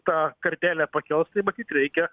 tą kartelę pakels tai matyt reikia